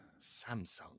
Samsung